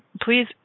please